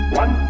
one